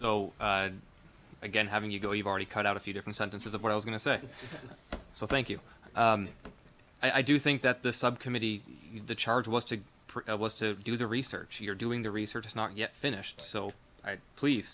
so again having you go you've already cut out a few different sentences of what i was going to say so thank you but i do think that the subcommittee the charge was to was to do the research you're doing the research is not yet finished so please